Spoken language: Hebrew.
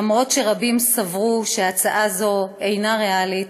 אף שרבים סברו שהצעה זו אינה ריאלית,